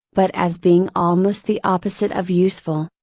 but as being almost the opposite of useful,